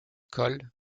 cole